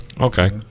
Okay